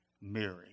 Mary